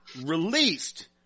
Released